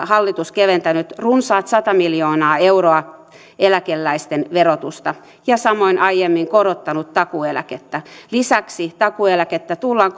hallitus keventänyt runsaat sata miljoonaa euroa eläkeläisten verotusta ja samoin aiemmin korottanut takuueläkettä lisäksi takuueläkettä tullaan